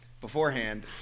beforehand